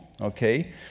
Okay